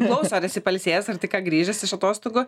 priklauso ar esi pailsėjęs ar tik ką grįžęs iš atostogų